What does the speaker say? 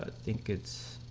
ah think it's